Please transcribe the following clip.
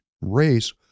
race